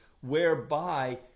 whereby